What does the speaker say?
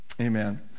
Amen